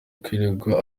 kwirirwa